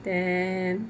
then